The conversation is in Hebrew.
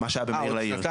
מה שהיה בעיר לעיר,